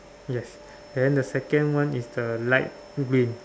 yes then the second one is the light green